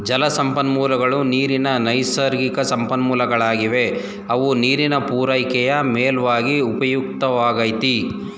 ಜಲಸಂಪನ್ಮೂಲಗಳು ನೀರಿನ ನೈಸರ್ಗಿಕಸಂಪನ್ಮೂಲಗಳಾಗಿವೆ ಅವು ನೀರಿನ ಪೂರೈಕೆಯ ಮೂಲ್ವಾಗಿ ಉಪಯುಕ್ತವಾಗೈತೆ